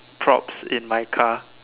props in my car